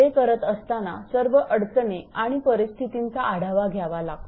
ते करत असताना सर्व अडचणी आणि परिस्थितींचा आढावा घ्यावा लागतो